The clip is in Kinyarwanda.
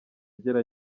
agera